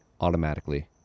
automatically